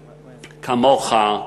כמוך,